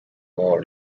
mór